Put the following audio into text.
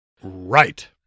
Right